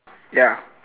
ya